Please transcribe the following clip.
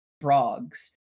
frogs